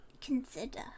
consider